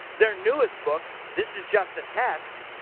their newest book, this is just a test,